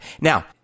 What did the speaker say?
Now